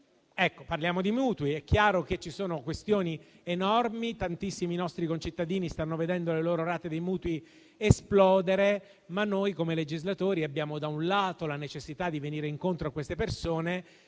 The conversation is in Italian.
parlare di mutui? È chiaro che ci sono questioni enormi. Tantissimi nostri concittadini stanno vedendo le loro rate dei mutui esplodere, ma noi come legislatori abbiamo da un lato la necessità di venire incontro a queste persone,